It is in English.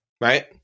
right